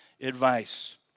advice